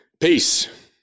Peace